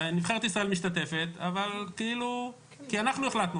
ונבחרת ישראל משתתפת אבל כאילו כי אנחנו החלטנו